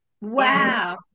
Wow